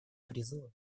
призыва